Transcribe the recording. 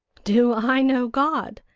do i know god?